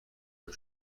بره